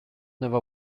never